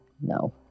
No